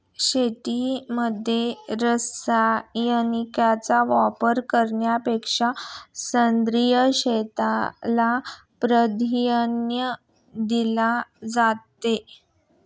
शेतीमध्ये रसायनांचा वापर करण्यापेक्षा सेंद्रिय शेतीला प्राधान्य दिले जाते